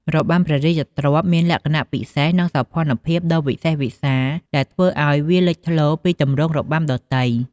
របាំព្រះរាជទ្រព្យមានលក្ខណៈពិសេស និងសោភ័ណភាពដ៏វិសេសវិសាល ដែលធ្វើឱ្យវាលេចធ្លោពីទម្រង់របាំដទៃ។